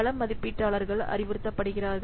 பல மதிப்பீட்டாளர்கள் அறிவுறுத்தப்படுகிறார்கள்